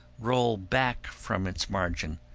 roll back from its margin,